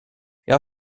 jag